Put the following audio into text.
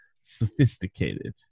sophisticated